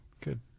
Good